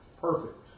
perfect